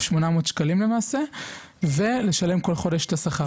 שמונה מאות שקלים למעשה ולשלם כל חודש את השכר.